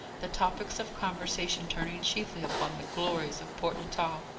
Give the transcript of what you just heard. the topics of conversation turning chiefly upon the glories of port natal,